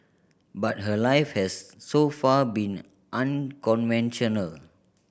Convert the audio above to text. but her life has so far been unconventional